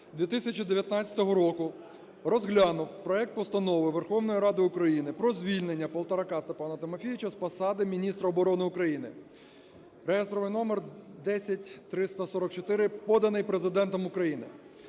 2019 року розглянув проект Постанови Верховної Ради України про звільнення Полторака Степана Тимофійовича з посади міністра оборони України (реєстровий номер 10344), поданий Президентом України.